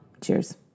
Cheers